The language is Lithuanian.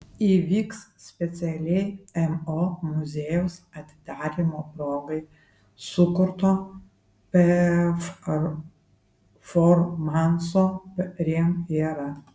įvyks specialiai mo muziejaus atidarymo progai sukurto performanso premjera